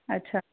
अच्छा